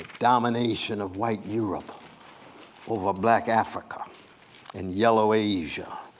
domination of white europe over black africa and yellow asia,